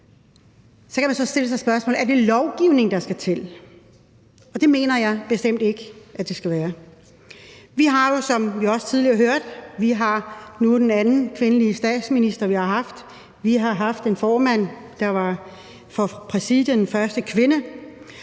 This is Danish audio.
kan man stille sig selv spørgsmålet: Er det lovgivning, der skal til? Det mener jeg bestemt ikke det er. Vi har jo nu, som vi også tidligere hørte, den anden kvindelige statsminister, vi nogen sinde har haft, vi har haft den første kvindelige